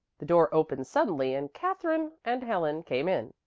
the door opened suddenly and katherine and helen came in.